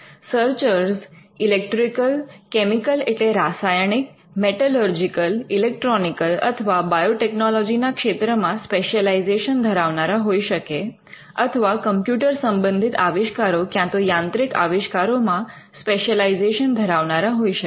searcher electrical chemical એટલે રાસાયણિક metallurgical electronical અથવા બાયોટેકનોલોજીના ક્ષેત્રમાં સ્પેશલાઈઝેશન ધરાવનારા હોઈ શકે અથવા કમ્પ્યુટર સંબંધિત આવિષ્કારો ક્યાં તો યાંત્રિક આવિષ્કારોમાં સ્પેશલાઈઝેશન ધરાવનારા હોઈ શકે